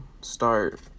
start